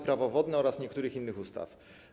Prawo wodne oraz niektórych innych ustaw.